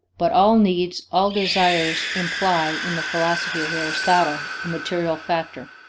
but all needs, all desires imply, in the philosophy of aristotle, a material factor